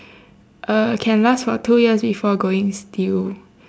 uh can last for two years before going stale